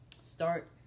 start